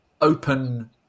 open